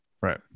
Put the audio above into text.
Right